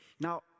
Now